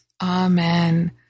Amen